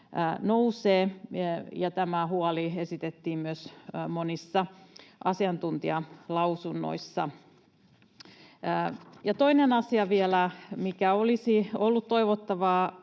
Tämä huoli esitettiin myös monissa asiantuntijalausunnoissa. Toinen asia vielä, mikä olisi ollut toivottavaa,